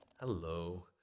Hello